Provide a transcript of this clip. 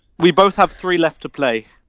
we both have three left to play